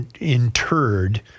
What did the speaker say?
interred